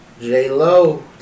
J-Lo